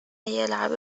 يلعب